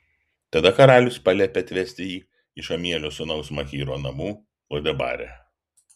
tada karalius paliepė atvesti jį iš amielio sūnaus machyro namų lo debare